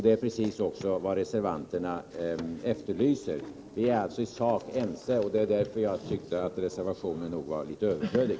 Det är precis detta som reservanterna efterlyser. Vi är alltså i sak ense, och det är därför jag tycker att reservationen var litet överflödig.